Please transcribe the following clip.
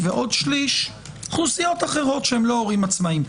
ועוד שליש הן אוכלוסיות אחרות שהן לא הורים עצמאיים,